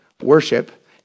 worship